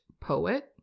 poet